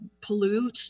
pollute